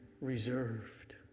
reserved